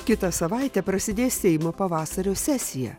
kitą savaitę prasidės seimo pavasario sesija